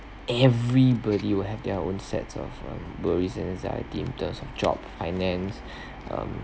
everybody will have their own sets of worries and anxiety in terms of job finance um